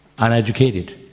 uneducated